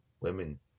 Women